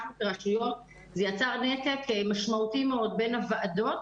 זה יצר נתק מאוד משמעותי בין הוועדות